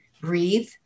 breathe